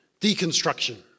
deconstruction